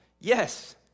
Yes